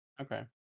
Okay